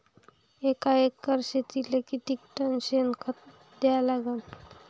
एका एकर शेतीले किती टन शेन खत द्या लागन?